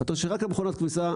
אתה רוצה שרק מכונת הכביסה,